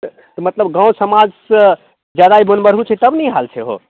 तऽ मतलब गाँव समाजसँ जादा ई मोन बरहु छै तब ने ई हाल छै हौ